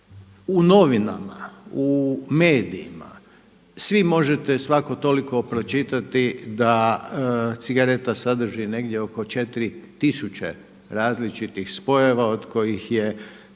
U novinama, u medijima svi možete svako toliko pročitati da cigareta sadrži negdje oko 4000 različitih spojeva od kojih je